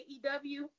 AEW